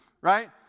right